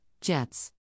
Jets